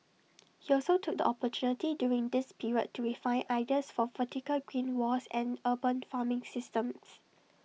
he also took the opportunity during this period to refine ideas for vertical green walls and urban farming systems